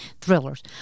thrillers